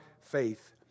faith